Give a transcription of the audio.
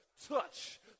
touch